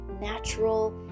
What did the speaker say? natural